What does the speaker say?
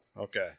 Okay